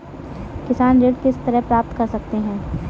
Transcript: किसान ऋण किस तरह प्राप्त कर सकते हैं?